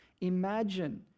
Imagine